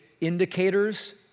indicators